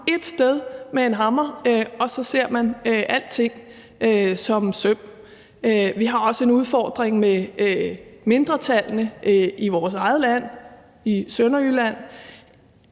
sted med en hammer, og så ser man alting som et søm. Vi har også en udfordring med mindretallene i vores eget land, i Sønderjylland.